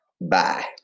Bye